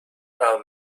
are